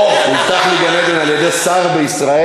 או, הובטח לי גן-עדן על-ידי שר בישראל.